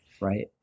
right